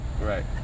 Right